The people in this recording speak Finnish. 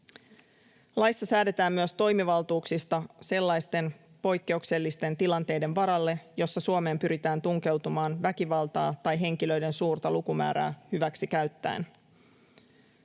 Laissa säädetään myös toimivaltuuksista sellaisten poikkeuksellisten tilanteiden varalle, joissa Suomeen pyritään tunkeutumaan väkivaltaa tai henkilöiden suurta lukumäärää hyväksi käyttäen.